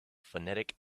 phonetic